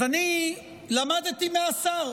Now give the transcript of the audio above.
אז אני למדתי מהשר.